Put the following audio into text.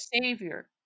Savior